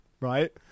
right